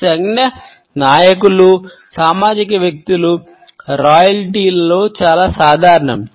ఈ సంజ్ఞ నాయకులు సామాజిక వ్యక్తులు రాయల్టీలలో చాలా సాధారణం